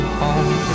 home